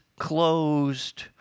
closed